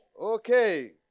Okay